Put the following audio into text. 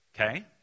Okay